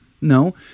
No